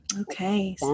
Okay